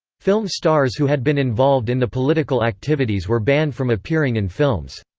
film stars who had been involved in the political activities were banned from appearing in films.